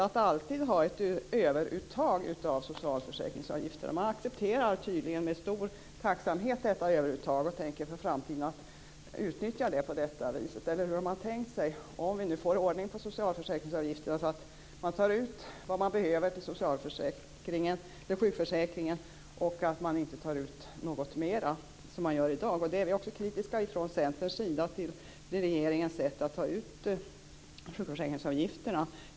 Tydligen accepterar Folkpartiet med stor tacksamhet detta överuttag, och tänker för framtiden utnyttja det hela på det viset. Eller hur har Folkpartiet tänkt sig det hela om vi nu får ordning på socialförsäkringsavgifterna, så att man tar ut vad man behöver till sjukförsäkringarna och inte något mer, som man gör i dag? Vi är kritiska från Centerns sida till regeringens sätt att ta ut sjukförsäkringsavgifterna.